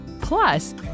Plus